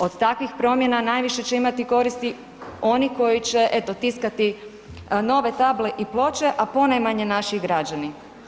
Od takvih promjena najviše će imati koristi oni koji će eto tiskati nove table i ploče, a ponajmanje naši građani.